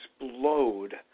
explode